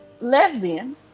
lesbian